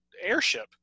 airship